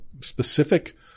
specific